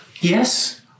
yes